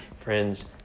Friends